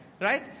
Right